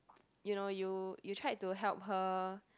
you know you you tried to help her